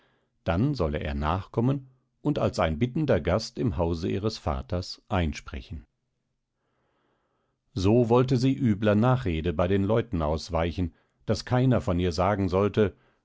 dann solle er nachkommen und als ein bittender gast im hause ihres vaters einsprechen so wollte sie übeler nachrede bei den leuten ausweichen daß keiner von ihr sagen sollte